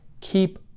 keep